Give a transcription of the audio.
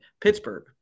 Pittsburgh